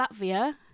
Latvia